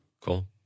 Cool